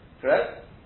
correct